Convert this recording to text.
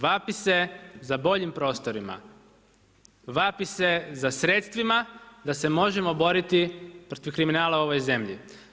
Vapi se za boljim prostorima, vapi se za sredstvima da se možemo boriti protiv kriminala u ovoj zemlji.